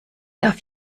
darf